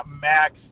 max